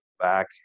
back